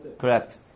Correct